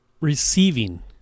receiving